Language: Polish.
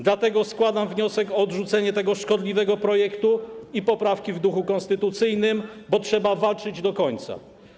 Dlatego składam wniosek o odrzucenie tego szkodliwego projektu i poprawki w duchu konstytucyjnym, bo trzeba walczyć do końca.